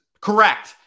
Correct